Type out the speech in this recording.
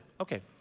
Okay